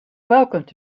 welcomed